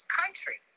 country